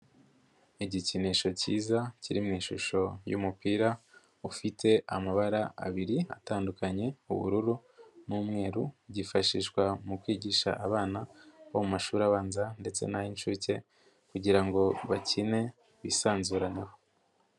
Igikinisho cyiza kiri mu ishusho y'umupira ufite amabara abiri atandukanye ubururu n'umweru, byifashishwa mu kwigisha abana bo mu mashuri abanza ndetse n'ay'inshuke kugira ngo bakine bisanzureneho.